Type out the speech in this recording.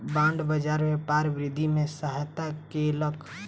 bond बाजार व्यापार वृद्धि में सहायता केलक